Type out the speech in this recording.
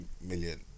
million